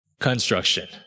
construction